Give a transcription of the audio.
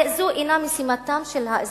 הרי זו אינה משימתם של האזרחים,